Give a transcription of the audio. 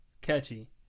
catchy